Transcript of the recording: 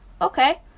Okay